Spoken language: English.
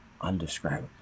undescribable